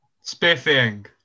Spiffing